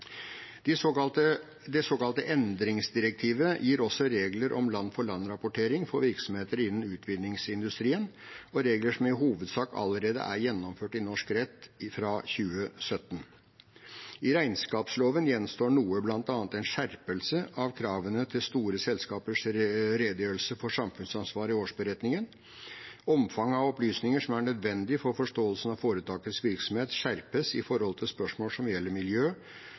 Det såkalte endringsdirektivet gir også regler om land-for-land-rapportering for virksomheter innen utvinningsindustrien – regler som i hovedsak allerede er gjennomført i norsk rett fra 2017. I regnskapsloven gjenstår noe, bl.a. en skjerpelse av kravene til store selskapers redegjørelse for samfunnsansvar i årsberetningen. Omfanget av opplysninger som er nødvendig for forståelsen av foretakets virksomhet, skjerpes når det gjelder spørsmål som gjelder miljø,